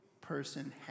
person